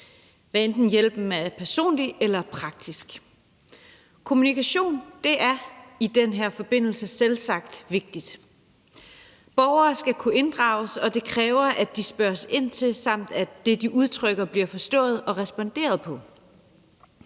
hvad enten hjælpen er personlig eller praktisk. Kommunikation er i den her forbindelse selvsagt vigtigt. Borgerner skal kunne inddrages, og det kræver, at der spørges ind til dem, samt at det, de udtrykker, bliver forstået, og der